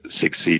succeed